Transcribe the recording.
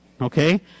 okay